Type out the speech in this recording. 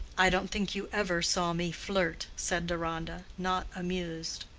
i don't think you ever saw me flirt, said deronda, not amused.